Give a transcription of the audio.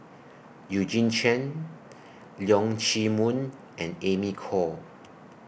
Eugene Chen Leong Chee Mun and Amy Khor